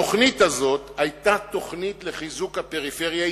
התוכנית הזאת היתה תוכנית לחיזוק הפריפריה.